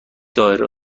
دائره